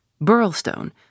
Burlstone